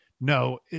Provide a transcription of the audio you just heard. No